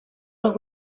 los